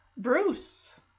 Bruce